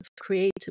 creative